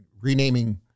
renaming